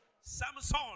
Samson